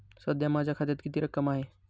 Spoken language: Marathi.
सध्या माझ्या खात्यात किती रक्कम आहे?